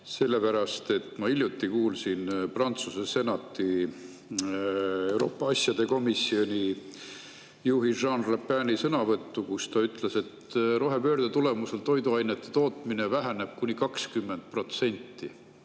sellepärast et ma hiljuti kuulsin Prantsuse Senati Euroopa [Liidu] asjade komisjoni juhi Jean Rapini sõnavõttu, kus ta ütles, et rohepöörde tulemusel väheneb toiduainete tootmine kuni 20%.